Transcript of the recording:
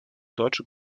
deutsche